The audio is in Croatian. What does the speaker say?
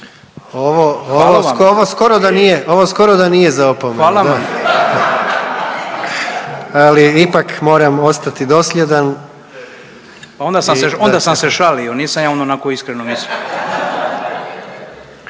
ovo skoro da nije za opomenu, da, ali ipak moram ostati dosljedan. …/Upadica: Onda sam se šalio, nisam ja ono onako iskreno mislio./…